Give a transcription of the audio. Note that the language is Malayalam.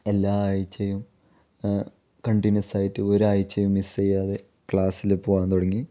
എല്ലാ ആഴ്ചയും കണ്ടിന്യുവസ് ആയിട്ട് ഒരാഴ്ചയും മിസ് ചെയ്യാതെ ക്ലാസ്സിൽ പോവാൻ തുടങ്ങി